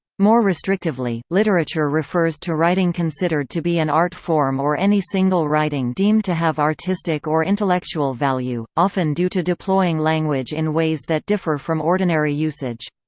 more restrictively, literature refers to writing considered to be an art form or any single writing deemed to have artistic or intellectual value, often due to deploying language in ways that differ from ordinary usage.